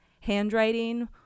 handwriting